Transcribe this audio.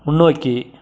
முன்னோக்கி